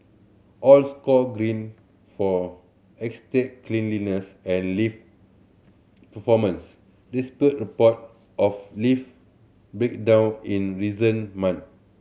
all scored Green for estate cleanliness and lift performance despite report of lift breakdown in reason month